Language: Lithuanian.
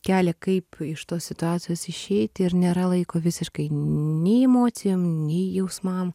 kelią kaip iš tos situacijos išeiti ir nėra laiko visiškai nei emocijom nei jausmam